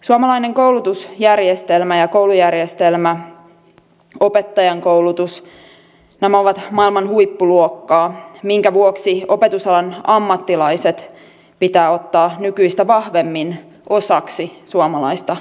suomalainen koulutusjärjestelmä ja koulujärjestelmä opettajankoulutus nämä ovat maailman huippuluokkaa minkä vuoksi opetusalan ammattilaiset pitää ottaa nykyistä vahvemmin osaksi suomalaista kehitysyhteistyötä